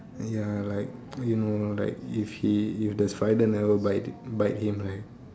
ya like you know like if he if the spider never bite bite him right